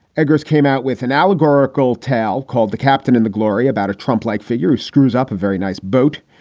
eggers came out with an allegorical tale called the captain in the glory about a trump like figure who screws up a very nice boat.